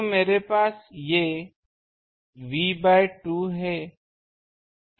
तो मेरे पास ये ये ये ये ये V बाय 2 हैं